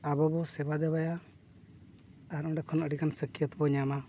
ᱟᱵᱚ ᱵᱚᱱ ᱥᱮᱵᱟ ᱫᱮᱵᱟᱭᱟ ᱟᱨ ᱚᱸᱰᱮ ᱠᱷᱚᱱ ᱟᱹᱰᱤ ᱜᱟᱱ ᱥᱟᱹᱠᱤᱭᱟᱹᱛ ᱵᱚᱱ ᱧᱟᱢᱟ